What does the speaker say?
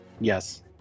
Yes